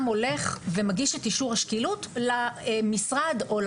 הולך ומגיש את אישור השקילות למשרד או